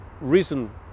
reason